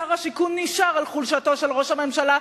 שר השיכון נשען על חולשתו של ראש הממשלה,